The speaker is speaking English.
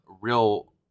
real